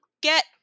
get